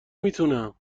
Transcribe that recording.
میتونم